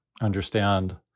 understand